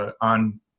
on